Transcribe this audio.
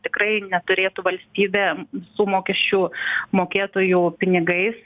tikrai neturėtų valstybė su mokesčių mokėtojų pinigais